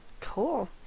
cool